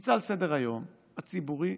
נמצא על סדר-היום הציבורי,